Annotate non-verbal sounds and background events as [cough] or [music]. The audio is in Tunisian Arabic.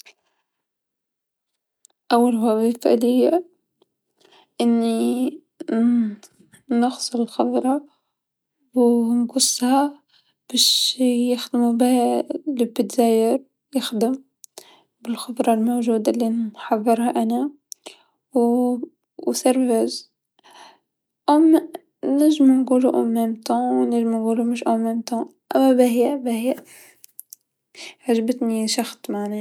أول وظيفه ليا أني نغسل الخضرا و نقصها باش يخدم بيها [unintelligible] يخدم بالخضرا الموجوده لنحضرها أنا و نادله، أم ننجمو نقولو في نفس الوقت و نجمو نقولو مش في نفس الوقت، أما باهيا باهيا، عجبتني شخط معناها.